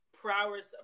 prowess